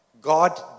God